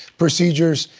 procedures,